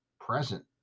present